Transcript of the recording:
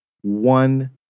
one